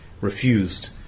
refused